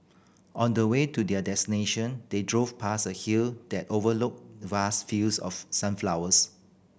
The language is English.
on the way to their destination they drove past a hill that overlooked vast fields of sunflowers